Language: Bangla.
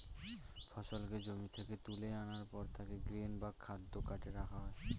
ফসলকে জমি থেকে তুলে আনার পর তাকে গ্রেন বা খাদ্য কার্টে রাখা হয়